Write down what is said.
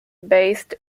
based